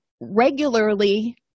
regularly